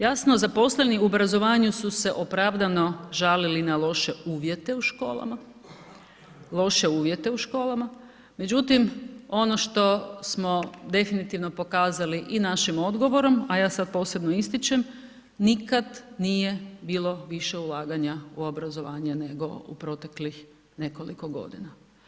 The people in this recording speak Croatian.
Jasno zaposleni u obrazovanju su se opravdano žalili na loše uvjete u školama, loše uvjete u školama, međutim ono što smo definitivno pokazali i našim odgovorom, a ja sad posebno ističem, nikad nije bilo više ulaganja u obrazovanje nego u proteklih nekoliko godina.